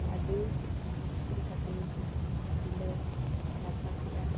ᱟᱹᱰᱤ ᱢᱩᱥᱠᱤᱞ ᱠᱟᱛᱤᱧ ᱥᱤᱞᱟᱹᱭ ᱞᱟᱴᱷᱟ ᱠᱮᱜᱼᱟ